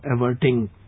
averting